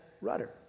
rudder